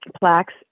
plaques